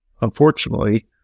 unfortunately